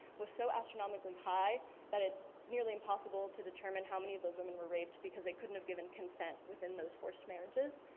was so astronomically high that it's nearly impossible to determine how many of those women were raped. because they couldn't have given consent within those forced marriages.